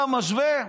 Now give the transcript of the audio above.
אתה משווה?